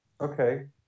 Okay